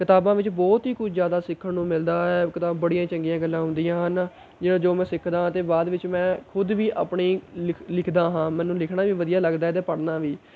ਕਿਤਾਬਾਂ ਵਿੱਚ ਬਹੁਤ ਹੀ ਕੁਝ ਜ਼ਿਆਦਾ ਸਿੱਖਣ ਨੂੰ ਮਿਲਦਾ ਹੈ ਕਿਤਾਬਾਂ ਬੜੀਆਂ ਚੰਗੀਆਂ ਗੱਲਾਂ ਹੁੰਦੀਆਂ ਹਨ ਜਿਵੇਂ ਜੋ ਮੈਂ ਸਿੱਖਦਾ ਹਾਂ ਅਤੇ ਬਾਅਦ ਵਿੱਚ ਮੈਂ ਖੁਦ ਵੀ ਆਪਣੀ ਲਿਖ ਲਿਖਦਾਂ ਹਾਂ ਮੈਨੂੰ ਲਿਖਣਾ ਵੀ ਵਧੀਆ ਲੱਗਦਾ ਹੈ ਅਤੇ ਪੜ੍ਹਨਾ ਵੀ